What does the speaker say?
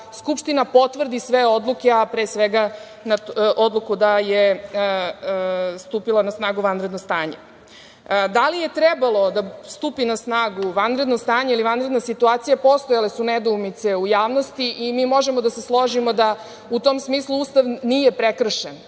Skupština potvrdi sve odluke, a pre svega odluku da je stupilo na snagu vanredno stanje. Da li je trebalo da stupi na snagu vanredno stanje ili vanredna situacija, postojale su nedoumice u javnosti i mi možemo da se složimo da u tom smislu Ustav nije prekršen. Ono